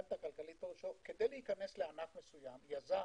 כלומר כדי להיכנס לענף מסוים, יזם,